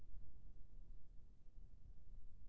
कतक पैसा पटाए बर बचीस हे?